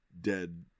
dead